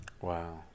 Wow